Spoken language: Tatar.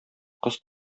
кыз